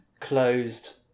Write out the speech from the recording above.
closed